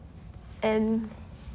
and